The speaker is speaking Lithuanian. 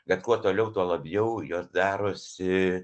kad kuo toliau tuo labiau jos darosi